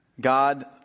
God